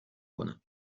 کنم